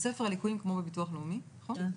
ספר הליקויים כמו בביטוח לאומי, נכון?